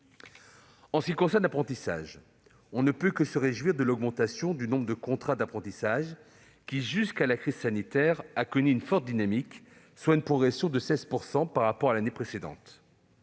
En ce qui concerne l'apprentissage, nous ne pouvons que nous réjouir de l'augmentation du nombre de contrats d'apprentissage, qui jusqu'à la crise sanitaire a connu une forte dynamique, puisque la progression a été de 16 % par rapport à l'année précédente.